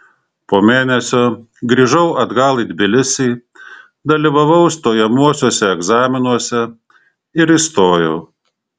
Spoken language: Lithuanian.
po mėnesio grįžau atgal į tbilisį dalyvavau stojamuosiuose egzaminuose ir įstojau